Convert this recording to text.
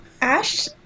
ash